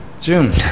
June